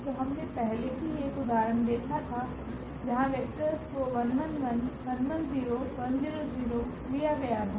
तो हमने पहले ही एक उदाहरण देखा था जहां वेक्टर्स को लिया गया था